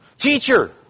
Teacher